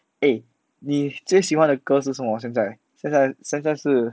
eh 你最喜欢的歌是什么现在现在现在是